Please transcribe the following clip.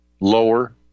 Lower